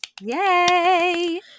Yay